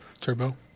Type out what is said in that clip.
turbo